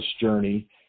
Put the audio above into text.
journey